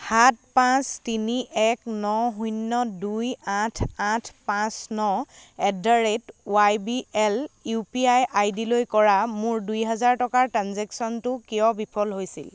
সাত পাঁচ তিনি এক ন শূন্য দুই আঠ আঠ পাঁচ ন at the rate Y B L U P I ID লৈ কৰা মোৰ দুই হেজাৰ টকাৰ ট্ৰেঞ্জেকশ্বনটো কিয় বিফল হৈছিল